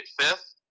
fifth